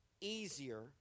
easier